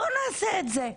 בואו נעשה את זה.